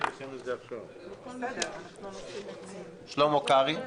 שלמה קרעי,